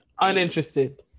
uninterested